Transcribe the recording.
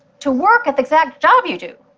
to work at the exact job you do.